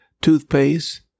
toothpaste